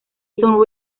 jason